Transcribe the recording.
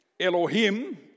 Elohim